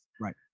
Right